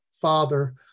Father